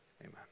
amen